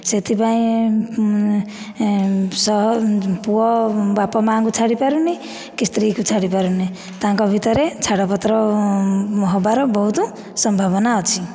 ସେଥିପାଇଁ ପୁଅ ବାପା ମାଆଙ୍କୁ ଛାଡ଼ି ପାରୁନି କି ସ୍ତ୍ରୀକୁ ଛାଡ଼ି ପାରୁନି ତାଙ୍କ ଭିତରେ ଛାଡ଼ପତ୍ର ହେବାର ବହୁତ ସମ୍ଭାବନା ଅଛି